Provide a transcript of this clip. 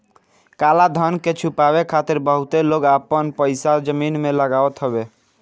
काला धन के छुपावे खातिर बहुते लोग आपन पईसा जमीन में लगावत हवे